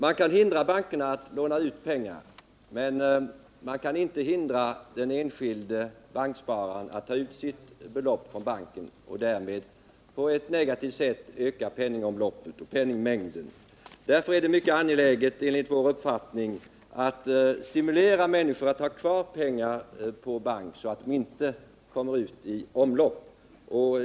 Man kan hindra bankerna från att låna ut pengar, men man kan inte hindra den enskilde bankspararen att ta ut sitt belopp från banken och därmed på ett negativt sätt öka penningomloppet och penningmängden. Därför är det enligt vår uppfattning mycket angeläget att stimulera människor att ha kvar pengarna på bank så att de inte kommer ut i omlopp.